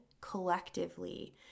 collectively